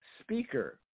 speaker